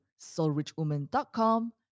soulrichwoman.com